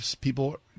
people